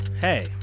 hey